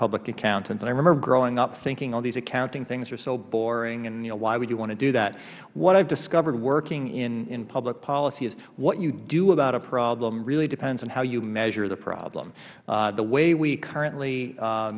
public accountant and i remember growing up thinking all these accounting things are so boring and why would you want to do that what i have discovered working in public policy is what you do about a problem really depends on how you measure the problem the way we currently